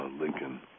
Lincoln